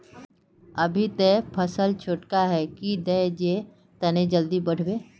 अभी ते फसल छोटका है की दिये जे तने जल्दी बढ़ते?